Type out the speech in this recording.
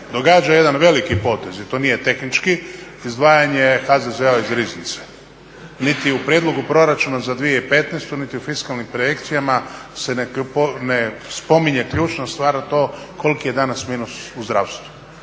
događa jedan veliki potez i to nije tehnički, izdvajanje HZZO-a iz Riznice. Niti u prijedlogu Proračuna za 2015. niti u fiskalnim projekcijama se ne spominje ključna stvar a to je koliki je danas minus u zdravstvu.